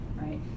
right